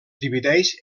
divideix